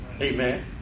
Amen